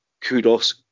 kudos